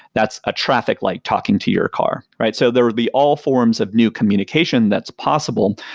that's a traffic light talking to your car, right? so there were the all forms of new communication that's possible.